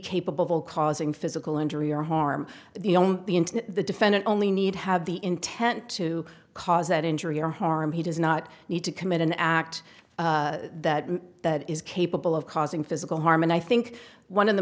capable causing physical injury or harm the only the defendant only need have the intent to cause that injury or harm he does not need to commit an act that is capable of causing physical harm and i think one of the